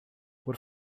por